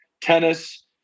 tennis